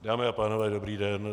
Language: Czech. Dámy a pánové, dobrý den.